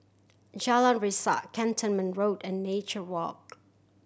Jalan Resak Cantonment Road and Nature Walk